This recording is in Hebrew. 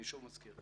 אני שוב מזכיר,